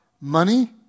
money